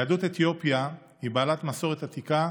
יהדות אתיופיה היא בעלת מסורת עתיקה,